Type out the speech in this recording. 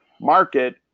market